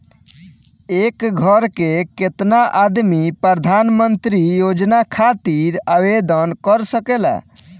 एक घर के केतना आदमी प्रधानमंत्री योजना खातिर आवेदन कर सकेला?